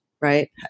right